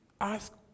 ask